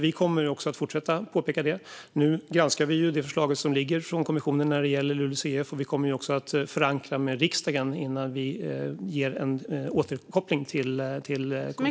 Vi kommer att fortsätta att påpeka det. Nu granskar vi det förslag som ligger från kommissionen när det gäller LULUCF, och vi kommer att förankra i riksdagen innan vi gör en återkoppling till kommissionen.